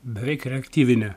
beveik reaktyvinė